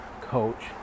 coach